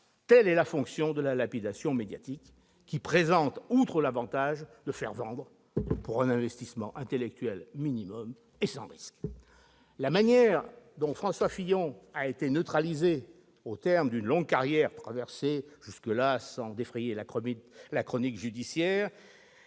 Telle est la fonction de la lapidation médiatique qui présente, en outre, l'avantage de faire vendre, pour un investissement intellectuel minimum et sans risque. La manière dont François Fillon a été neutralisé au terme d'une longue carrière politique, traversée sans défrayer la chronique judiciaire,